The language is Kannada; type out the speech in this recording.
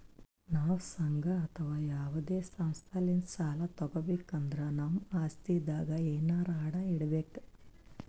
ನಾವ್ ಸಂಘ ಅಥವಾ ಯಾವದೇ ಸಂಸ್ಥಾಲಿಂತ್ ಸಾಲ ತಗೋಬೇಕ್ ಅಂದ್ರ ನಮ್ ಆಸ್ತಿದಾಗ್ ಎನರೆ ಅಡ ಇಡ್ಬೇಕ್